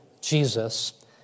Jesus